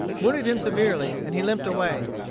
wounded him severely, and he limped away.